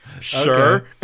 Sure